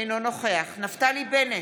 אינו נוכח נפתלי בנט,